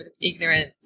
ignorant